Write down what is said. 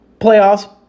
playoffs